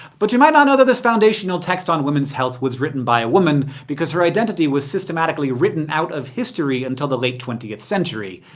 but you might not know that this foundational text on women's health was written by a woman, because her identity was systematically written out of history until the late twentieth century.